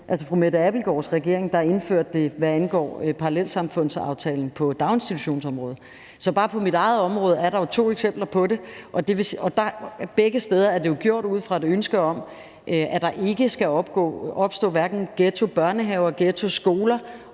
altså fru Mette Abildgaards regering, hvad angår parallelsamfundsaftalen på daginstitutionsområdet. Så bare på mit eget område er der jo to eksempler på det, og begge steder er det gjort ud fra et ønske om, at der ikke skal opstå ghettobørnehaver eller ghettoskoler,